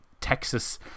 Texas